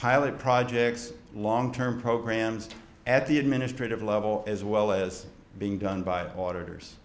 pilot projects long term programs at the administrative level as well as being done by